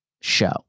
show